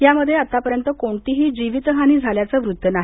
यामध्ये आतापर्यंत कोणतीही जीवित हानी झाल्याच वृत्त नाही